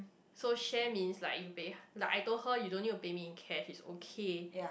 so share means like you pay like I told her you don't have to pay me in cash it's okay